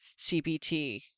CBT